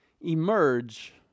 emerge